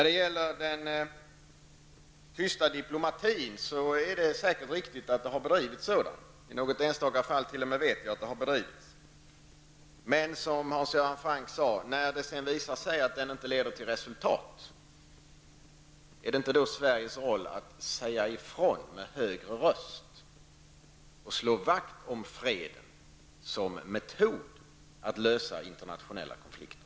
Det är säkert riktigt att det har bedrivits tyst diplomati. I något enstaka fall t.o.m. vet jag att sådan har bedrivits. Men, som Hans Göran Franck sade, när det sedan visar sig att den inte leder till resultat, är det inte då Sveriges roll att säga ifrån med hög röst och slå vakt om freden som metod att lösa internationella konflikter?